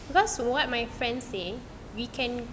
because what my friend say we can